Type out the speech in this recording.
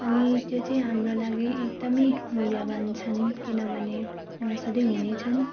अनि त्यो चाहिँ हाम्रा लागि एकदमै मूल्यवान् छन् किनभने र सधैँ हुनेछन्